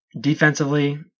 defensively